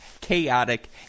chaotic